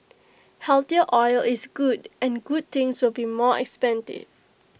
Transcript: healthier oil is good and good things will be more expensive